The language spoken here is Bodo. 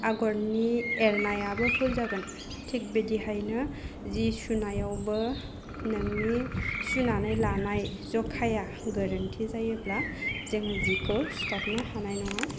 आगरनि एरनायाबो भुल जागोन थिग बिदिहायनो जि सुनायावबो नोंनि सुनानै लानाय जखाया गोरोन्थि जायोब्ला जोङो जिखौ सुथाबनो हानाय नङा